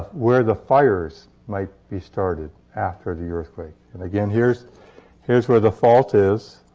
where the fires might be started after the earthquake. and, again, here's here's where the fault is.